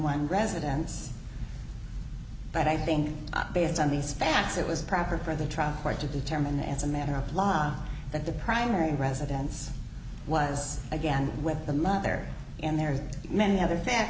one residence but i think based on these facts it was proper for the trial court to determine as a matter of law that the primary residence was again with the mother and there are many other fa